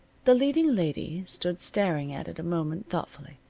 the leading lady stood staring at it a moment thoughtfully.